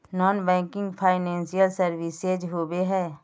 Non banking financial services होबे है?